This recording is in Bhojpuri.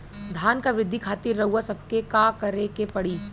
धान क वृद्धि खातिर रउआ सबके का करे के पड़ी?